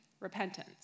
repentance